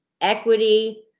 equity